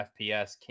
FPS